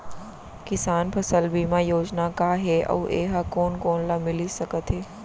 किसान फसल बीमा योजना का हे अऊ ए हा कोन कोन ला मिलिस सकत हे?